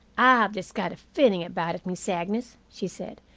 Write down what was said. i've just got a feeling about it, miss agnes, she said.